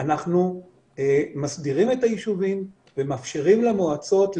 אנחנו מסדירים את היישובים ומאפשרים למועצות,